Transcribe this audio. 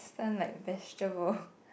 stun like vegetable